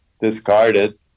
discarded